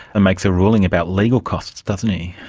makes a ruling about legal costs, doesn't he?